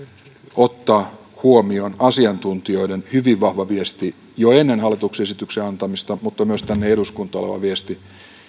ottaa huomioon asiantuntijoiden hyvin vahva viesti jo ennen hallituksen esityksen antamista mutta myös tänne eduskuntaan oleva viesti